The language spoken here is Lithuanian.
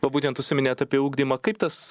va būtent užsiminėt apie ugdymą kaip tas